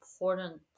important